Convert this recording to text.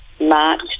march